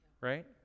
Right